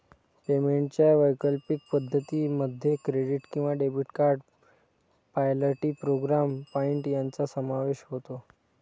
पेमेंटच्या वैकल्पिक पद्धतीं मध्ये क्रेडिट किंवा debit card, loyalty program point यांचा समावेश होतो